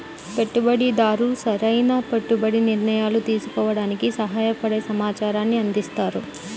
పెట్టుబడిదారు సరైన పెట్టుబడి నిర్ణయాలు తీసుకోవడానికి సహాయపడే సమాచారాన్ని అందిస్తారు